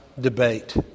debate